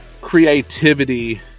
creativity